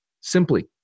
simply